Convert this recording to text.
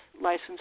license